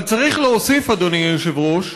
אבל צריך להוסיף, אדוני היושב-ראש,